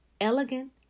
elegant